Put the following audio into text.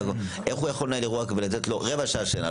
איך הוא יכול לנהל אירוע ולתת לו רבע שעה שינה,